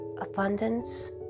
Abundance